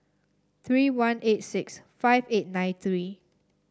three one eight six five eight nine three